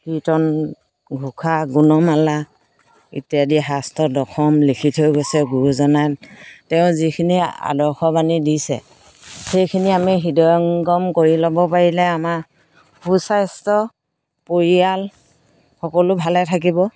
কীৰ্তন ঘোষা গুণমালা ইত্যাদি শাস্ত্ৰ দশম লিখি থৈ গৈছে গুৰুজনাই তেওঁ যিখিনি আদৰ্শবাণী দিছে সেইখিনি আমি হৃদয়ংগম কৰি ল'ব পাৰিলে আমাৰ সুস্বাস্থ্য পৰিয়াল সকলো ভালে থাকিব